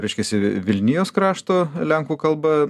reiškiasi vilnijos krašto lenkų kalba